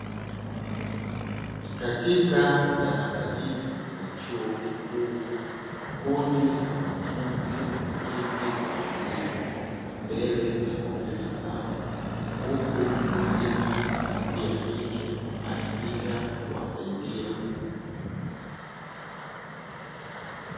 Katika darasa hili la chuo kikuu kundi la wanafunzi wameketi kwa utulivu mbele ya kopyuta zao, huku mwalimu wa jinsia ya kike akipita kuwasaidia.